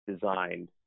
designed